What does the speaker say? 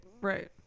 right